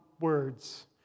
words